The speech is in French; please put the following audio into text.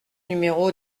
numéro